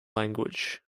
language